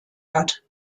hat